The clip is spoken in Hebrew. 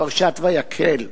לפרשת ויקהל,